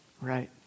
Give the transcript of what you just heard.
Right